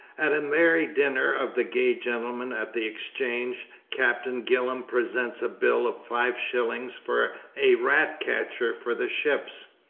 at a merry dinner of the gay gentlemen at the exchange, captain gillam presents a bill of five shillings for a rat-catcher for the ships.